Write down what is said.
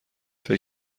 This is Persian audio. فکر